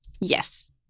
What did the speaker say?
Yes